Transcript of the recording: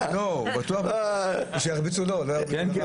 לא, בטוח שירביצו לו, לא ירביצו לחיים.